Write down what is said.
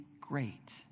great